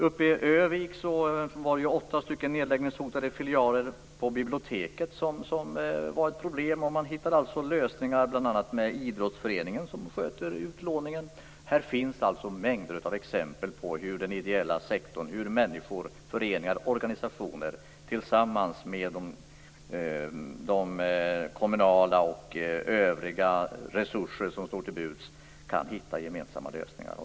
Uppe i Örnsköldsvik var det åtta nedläggningshotade filialer på biblioteket som var ett problem. Man hittade lösningar, bl.a. med idrottsföreningen, som sköter utlåningen. Det finns alltså mängder av exempel på hur den ideella sektorn och människor, föreningar och organisationer tillsammans med kommunala och övriga resurser som står till buds kan hitta gemensamma lösningar.